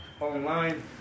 online